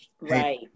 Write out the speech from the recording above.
Right